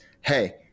hey